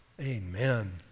Amen